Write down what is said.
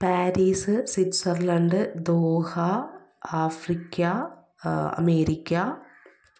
Paris Switzerland Doha Africa America